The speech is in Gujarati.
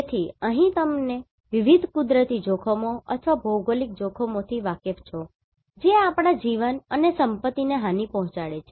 તેથી અહીં તમે વિવિધ કુદરતી જોખમો અથવા ભૌગોલિક જોખમો થી વાકેફ છો જે આપણા જીવન અને સંપત્તિને હાનિ પહોંચાડે છે